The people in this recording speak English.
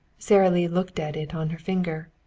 sara lee looked at it on her finger.